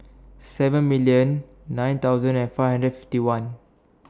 seven million nine thousand and five hundred forty one